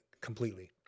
completely